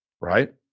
right